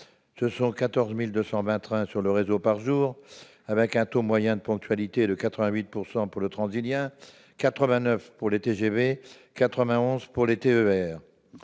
Ce sont 14 220 trains sur le réseau par jour, avec un taux moyen de ponctualité de 88 % pour le Transilien, de 89 % pour les TGV et de 91 % pour les TER.